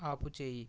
ఆపుచేయి